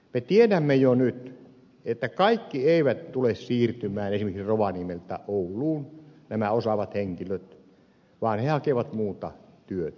me tiedämme jo nyt että kaikki osaavat henkilöt eivät tule siirtymään esimerkiksi rovaniemeltä ouluun vaan he hakevat muuta työtä